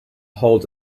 holds